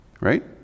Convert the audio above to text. right